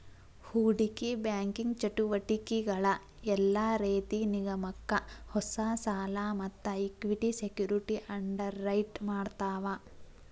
ಹೂಡಿಕಿ ಬ್ಯಾಂಕಿಂಗ್ ಚಟುವಟಿಕಿಗಳ ಯೆಲ್ಲಾ ರೇತಿ ನಿಗಮಕ್ಕ ಹೊಸಾ ಸಾಲಾ ಮತ್ತ ಇಕ್ವಿಟಿ ಸೆಕ್ಯುರಿಟಿ ಅಂಡರ್ರೈಟ್ ಮಾಡ್ತಾವ